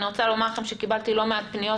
אני רוצה לומר לכם שקיבלתי לא מעט פניות